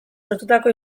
sortutako